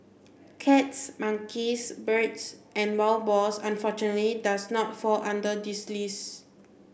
cats monkeys birds and wild boars unfortunately does not fall under this list